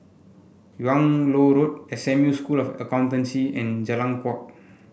Yung Loh Road S M U School of Accountancy and Jalan Kuak